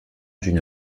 d’une